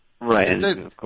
Right